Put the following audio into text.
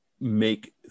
make